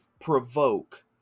provoke